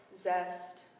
zest